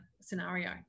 scenario